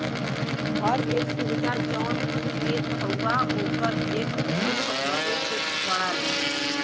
हर एक सुविधा जौन तू लेत हउवा ओकर एक सुल्क भरे के पड़ला